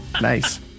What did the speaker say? Nice